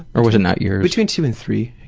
or was it not years? between two and three.